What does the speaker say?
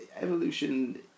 evolution